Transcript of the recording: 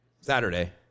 Saturday